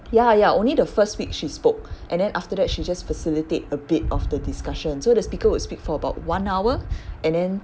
ya ya only the first week she spoke and then after that she just facilitate a bit of the discussion so the speaker would speak for about one hour and then